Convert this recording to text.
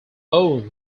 owned